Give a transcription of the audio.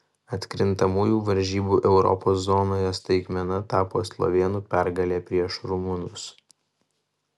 atkrintamųjų varžybų europos zonoje staigmena tapo slovėnų pergalė prieš rumunus